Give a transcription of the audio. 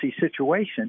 situation